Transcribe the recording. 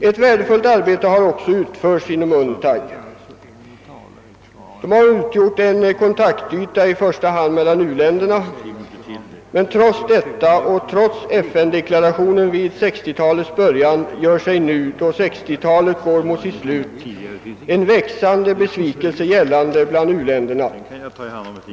Ett värdefullt arbete har också utförts inom UNCTAD, som har utgjort en kontaktyta mellan i första hand uländerna. Men trots detta och trots FN deklarationen vid 1960-talets början gör sig nu, när detta decennium går mot sitt slut, en växande besvikelse gällande bland u-länderna.